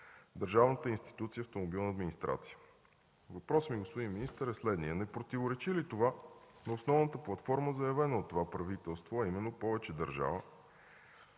държавната институция „Автомобилна администрация”. Въпросът ми, господин министър, е следният. Не противоречи ли това на основната платформа, заявена от това правителство, а именно повече държава?